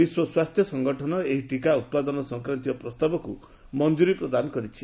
ବିଶ୍ୱ ସ୍ୱାସ୍ଥ୍ୟ ସଂଗଠନ ଏହି ଟିକା ଉତ୍ପାଦନ ସଂକ୍ରାନ୍ତୀୟ ପ୍ରସ୍ତାବକୁ ମଂଜୁରୀ ଦେଇଛି